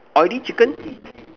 oily chicken